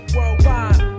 Worldwide